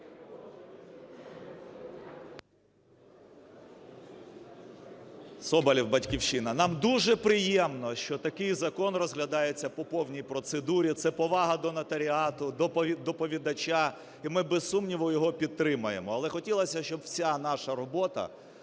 Соболєв, "Батьківщина". Нам дуже приємно, що такий закон розглядається по повній процедурі. Це повага до нотаріату, до доповідача, і ми без сумніву його підтримаємо. Але хотілося б, щоб уся наша робота